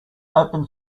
open